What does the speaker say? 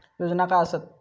योजना काय आसत?